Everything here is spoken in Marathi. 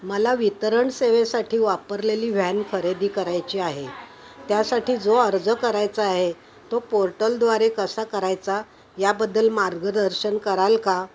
मला वितरण सेवेसाठी वापरलेली व्हॅन खरेदी करायची आहे त्यासाठी जो अर्ज करायचा आहे तो पोर्टलद्वारे कसा करायचा याबद्दल मार्गदर्शन कराल का